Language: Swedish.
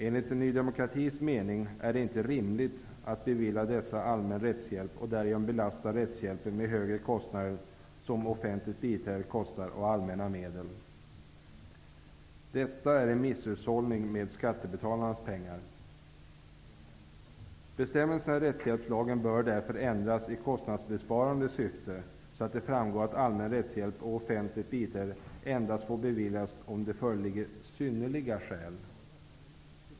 Enligt Ny demokratis mening är det inte rimligt att bevilja dessa allmän rättshjälp och därigenom belasta rättshjälpen med de höga kostnader som offentligt biträde kostar av allmänna medel. Detta är misshushållning med skattebetalarnas pengar. Bestämmelserna i rättshjälpslagen bör därför ändras i kostnadsbesparande syfte, så att det framgår att allmän rättshjälp och offentligt biträde endast får beviljas om det föreligger synnerliga skäl.